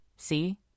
See